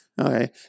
Okay